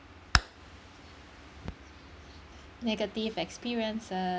negative experienc~